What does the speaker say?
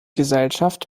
gesellschaft